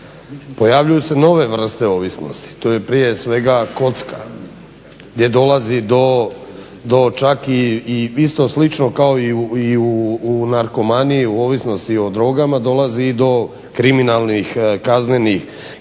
pojavljuju se nove vrste ovisnosti, to je prije svega kocka, gdje dolazi do čak i isto slično kao i u narkomaniji, u ovisnosti o drogama, dolazi i do kriminalnih kaznenih djela